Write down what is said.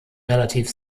relativ